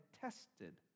tested